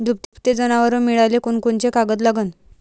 दुभते जनावरं मिळाले कोनकोनचे कागद लागन?